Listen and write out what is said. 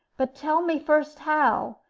but tell me first how,